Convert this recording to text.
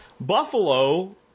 Buffalo